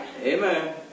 Amen